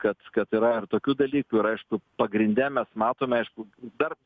kad kad yra ir tokių dalykų ir aišku pagrinde mes matome aišku dar